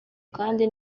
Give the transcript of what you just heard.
kandi